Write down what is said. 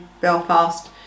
Belfast